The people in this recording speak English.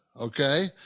okay